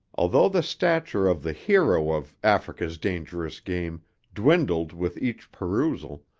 although the stature of the hero of africa's dangerous game dwindled with each perusal,